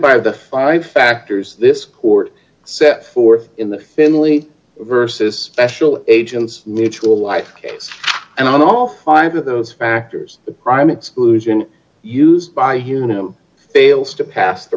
by the five factors this court set forth d in the finley versus d special agents mutual d life and on all five of those factors the crime exclusion d used by whom fails to pass the